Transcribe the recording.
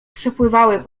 przepływały